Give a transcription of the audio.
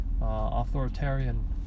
authoritarian